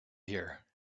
here